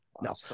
no